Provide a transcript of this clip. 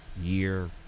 year